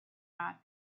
not